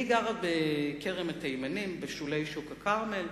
אני גרה בכרם-התימנים, בשולי שוק הכרמל,